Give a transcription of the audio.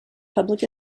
public